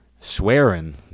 Swearing